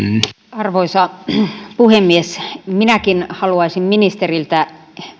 arvoisa puhemies minäkin haluaisin ministeriltä